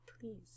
Please